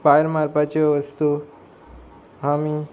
भायर मारपाच्यो वस्तू आमी